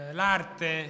l'arte